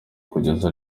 kugeza